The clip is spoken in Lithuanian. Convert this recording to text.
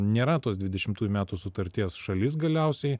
nėra tos dvidešimtųjų metų sutarties šalis galiausiai